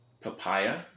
Papaya